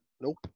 Nope